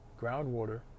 groundwater